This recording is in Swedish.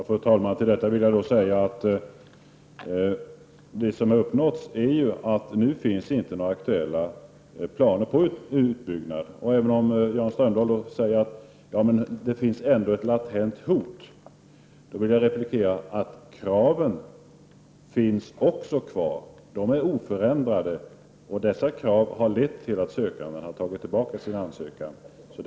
Fru talman! Det som har uppnåtts är ju att det nu inte finns några aktuella planer på utbyggnad. Jan Strömdahl säger att det ändå finns ett latent hot, men jag vill då replikera att också kraven finns kvar. De är oförändrade, och de har lett till att sökande har tagit tillbaka sina ansökningar.